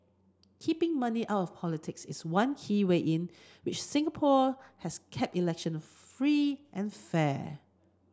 keeping money out politics is one key way in which Singapore has kept election free and fair